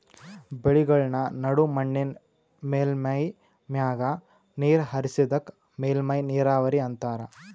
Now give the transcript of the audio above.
ಬೆಳೆಗಳ್ಮ ನಡು ಮಣ್ಣಿನ್ ಮೇಲ್ಮೈ ಮ್ಯಾಗ ನೀರ್ ಹರಿಸದಕ್ಕ ಮೇಲ್ಮೈ ನೀರಾವರಿ ಅಂತಾರಾ